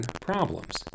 problems